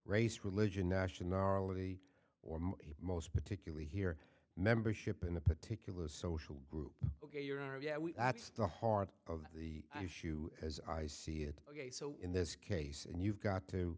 race religion nationality or most particularly here membership in a particular social group ok you are yeah that's the heart of the issue as i see it ok so in this case and you've got to